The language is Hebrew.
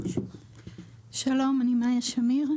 שלום, אני מיה שמיר.